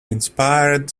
inspired